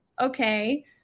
okay